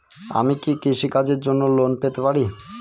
আমি কি কৃষি কাজের জন্য লোন পেতে পারি?